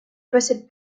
possède